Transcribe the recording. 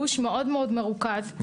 גוש מאוד מאוד מרוכז,